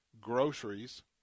groceries